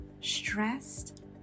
Stressed